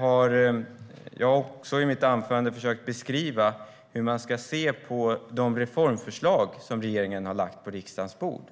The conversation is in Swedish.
Jag har i mitt anförande försökt beskriva hur man ska se på de reformförslag som regeringen har lagt på riksdagens bord.